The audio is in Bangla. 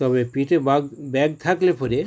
তবে পিঠে বাগ ব্যাগ থাকলে পরে